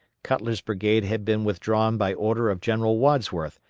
cutler's brigade had been withdrawn by order of general wadsworth,